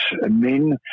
men